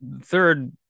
third